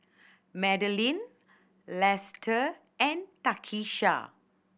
Madilyn Lesta and Takisha